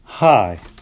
Hi